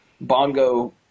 Bongo